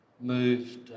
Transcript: moved